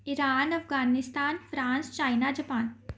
Iran Afghanistan France China Japan